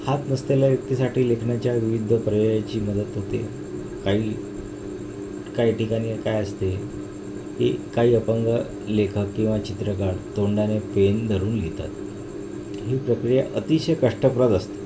हात नसलेल्या व्यक्तीसाठी लेखनाच्या विविध पर्यायाची मदत होते काही काही ठिकाणी काय असते की काही अपंग लेखक किंवा चित्रकार तोंडाने पेन धरून लिहितात ही प्रक्रिया अतिशय कष्टप्रत असते